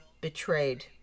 betrayed